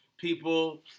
people